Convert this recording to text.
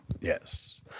Yes